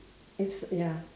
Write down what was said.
it's ya